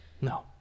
No